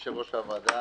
יושב-ראש הוועדה,